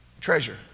treasure